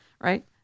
Right